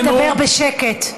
לדבר בשקט.